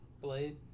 Blade